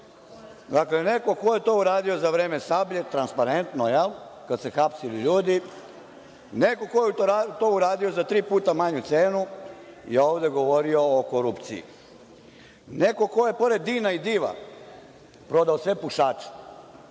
Dakle, neko ko je to uradio za vreme „Sablje“ transparentno, kad su se hapsili ljudi, neko ko je to uradio za tri puta manju cenu je ovde govorio o korupciji. Neko ko je pored DIN i DIV prodao sve pušače,